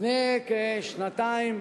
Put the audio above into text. לפני כשנתיים